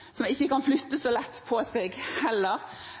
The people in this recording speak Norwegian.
som heller ikke kan flytte så lett på seg,